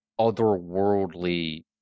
otherworldly